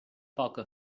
poca